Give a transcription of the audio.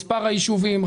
מספר היישובים,